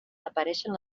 apareixen